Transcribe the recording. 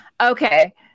Okay